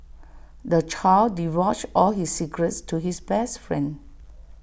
the child divulged all his secrets to his best friend